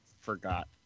forgot